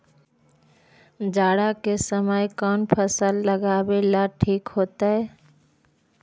जाड़ा के समय कौन फसल लगावेला ठिक होतइ?